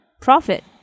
Profit